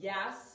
Yes